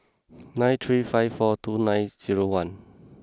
nine three five four two nine zero one